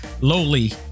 lowly